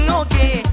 okay